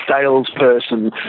salesperson